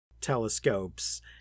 telescopes